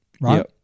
right